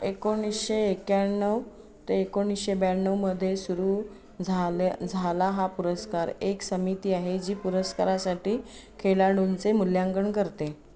एकोणीसशे एक्याण्णव ते एकोणीसशे ब्याण्णवमध्ये सुरू झाल्या झाला हा पुरस्कार एक समिती आहे जी पुरस्कारासाठी खेळाडूंचे मूल्यांकन करते